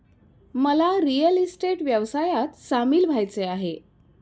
मला real estate व्यवसायात सामील व्हायचे आहे